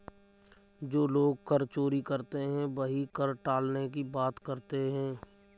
जो लोग कर चोरी करते हैं वही कर टालने की बात करते हैं